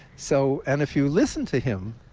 so and if you listen to him,